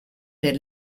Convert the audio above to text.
per